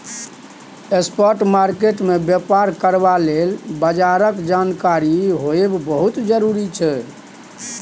spot market मे बेपार करबा लेल बजारक जानकारी होएब बहुत जरूरी छै